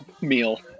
meal